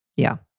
yeah.